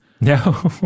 No